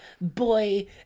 boy